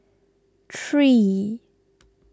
three